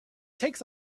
takes